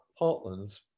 heartlands